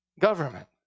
government